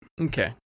okay